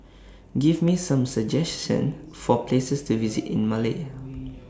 Give Me Some suggestions For Places to visit in Male